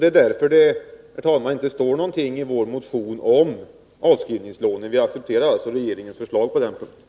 Det är därför, herr talman, som det inte står någonting i vår motion om avskrivningslån. Vi accepterar alltså regeringens förslag på den punkten.